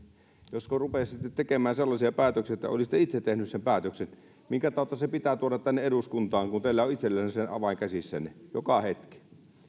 josko rupeaisitte tekemään sellaisia päätöksiä että olisitte itse tehneet sen päätöksen minkä tautta se pitää tuoda tänne eduskuntaan kun teillä on itsellänne se se avain käsissänne joka hetki